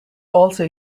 also